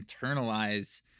internalize